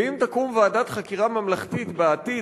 ואם תקום ועדת חקירה ממלכתית בעתיד,